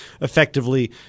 effectively